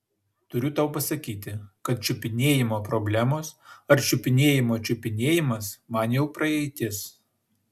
turiu tau pasakyti kad čiupinėjimo problemos ar čiupinėjimo čiupinėjimas man jau praeitis